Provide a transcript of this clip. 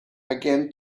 again